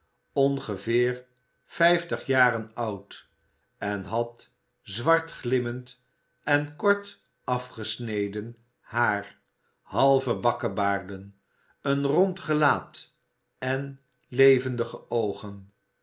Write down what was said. ongeveer vijftig jaren oud en had zwart g immend en kort afgesneden haar halve bakkebaarden een rond gelaat en levendige oogen